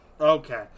Okay